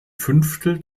fünftel